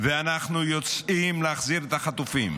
ואנחנו יוצאים להחזיר את החטופים,